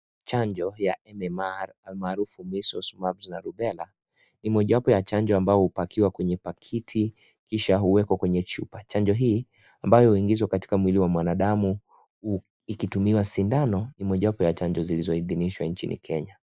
Chanjo ya MMR almarufu Measles, Mumps na Rubella ni mmojawapo ya chanjo ambayo hupakiwa kwenye pakiti kisha huwekwa kwenye chupa. Chanjo hii ambayo huingishwa katika mwili wa binadamu ikitumiwa sindano, ni mojawapo ya chanjo zlizoidhinishwa nchini Kenya.